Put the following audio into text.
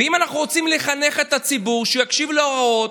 ואם אנחנו רוצים לחנך את הציבור שיקשיב להוראות,